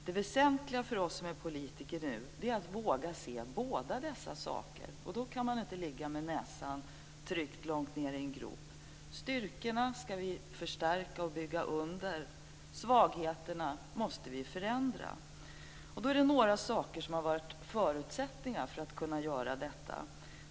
Det väsentliga för oss som är politiker nu är att våga se båda dessa saker. Då kan man inte ligga med näsan tryckt långt ned i en grop. Styrkorna ska vi förstärka och bygga under, och svagheterna måste vi förändra. Det finns några saker som har varit förutsättningar för att göra detta.